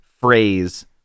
phrase